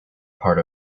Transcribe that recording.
part